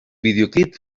videoclip